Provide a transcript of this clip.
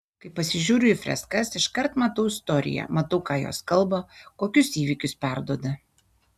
kai pasižiūriu į freskas iškart matau istoriją matau ką jos kalba kokius įvykius perduoda